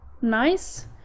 nice